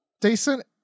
decent